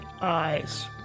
eyes